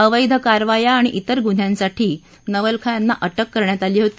अवैध कारवाया आणि तिर गुन्ह्यांसाठी नवलखा यांना अटक करण्यात आली होती